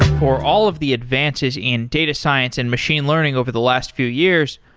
for all of the advances in data science and machine learning over the last few years,